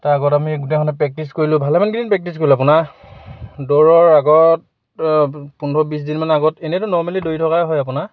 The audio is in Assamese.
তাৰ আগত আমি প্ৰেক্টিছ কৰিলোঁ ভালেমান কেইদিন প্ৰেক্টিছ কৰিলো আপোনাৰ দৌৰৰ আগত পোন্ধৰ বিছদিনমান আগত এনেইতো নৰ্মেলি দৌৰি থকাই হয় আপোনাৰ